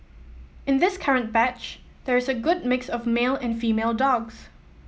in this current batch there is a good mix of male and female dogs